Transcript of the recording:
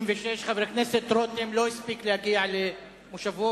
36. חבר הכנסת רותם לא הספיק להגיע למושבו,